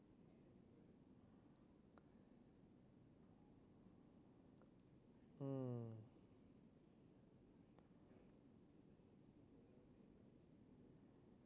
mm